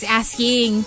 asking